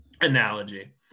analogy